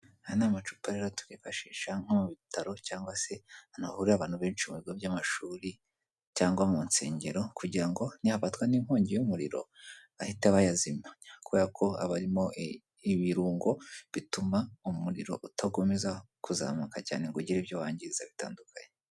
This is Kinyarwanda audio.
Aya ni amacupa rero twifashisha nko mu bitaro cyangwa se ahantu hahurira abantu benshi mu bigo by'amashuri cyangwa mu nsengero kugira ngo nihafatwa n'inkongi y'umuriro, bahite bahazimya kubera ko aba arimo ibirungo, bituma umuriro udakomeza kuzamuka cyane ngo ugire ibyo wangiza bitandukanye.